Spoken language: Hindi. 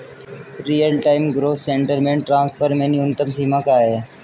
Real time gross settlement transfer में न्यूनतम सीमा क्या है?